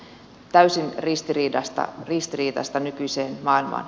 täysin ristiriitaista nykyiseen maailmaan